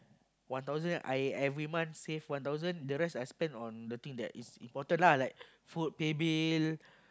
one thousand I every month save one thousand the rest I spend on the thing that is important lah like food pay bill